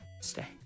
Stay